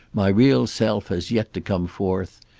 my real self has yet to come forth.